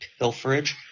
pilferage